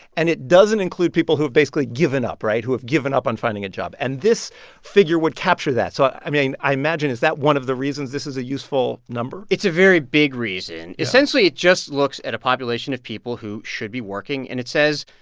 and it doesn't include people who have basically given up right? who have given up on finding a job. and this figure would capture that. so, i mean, i imagine is that one of the reasons this is a useful number? it's a very big reason. essentially, it just looks at a population of people who should be working, and it says,